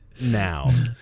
now